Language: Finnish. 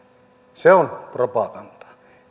se on propagandaa